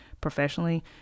professionally